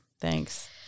Thanks